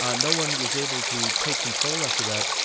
ah no-one was able to take control after that,